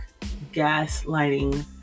gaslighting